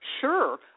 Sure